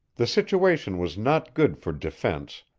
the situation was not good for defense,